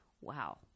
wow